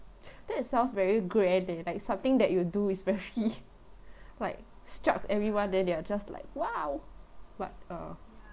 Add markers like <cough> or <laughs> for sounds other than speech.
that itself is very grand eh like something that you do especially <laughs> like struck everyone then they are just like !wow! but uh